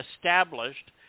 established